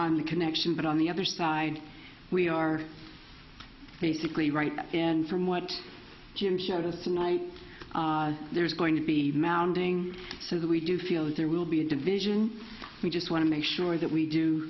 i'm the connection but on the other side we are basically right and from what jim showed us tonight there's going to be mounting so that we do feel that there will be a division we just want to make sure that we do